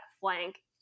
flank